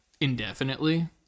indefinitely